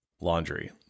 laundry